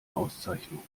auszeichnung